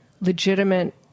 legitimate